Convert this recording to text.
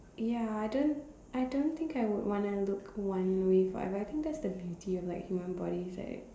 ya I don't I don't think I would want to look one way forever I think that's the beauty of like human body it's like